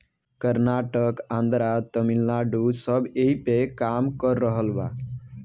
कर्नाटक, आन्द्रा, तमिलनाडू सब ऐइपे काम कर रहल बा